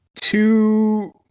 Two